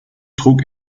trug